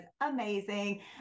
amazing